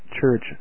Church